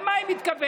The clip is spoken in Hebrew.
למה היא מתכוונת?